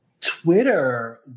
Twitter